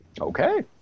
Okay